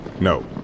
No